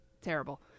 terrible